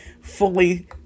fully